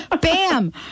Bam